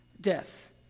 death